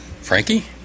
Frankie